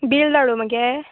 bill धाडूं मगे